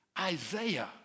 Isaiah